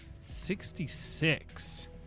Sixty-six